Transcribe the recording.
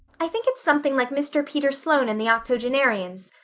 i think it's something like mr. peter sloane and the octogenarians.